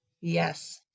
Yes